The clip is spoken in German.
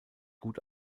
gut